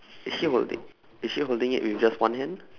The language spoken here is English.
is she holdin~ is she holding it with just one hand